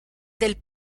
del